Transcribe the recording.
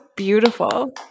beautiful